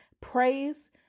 praise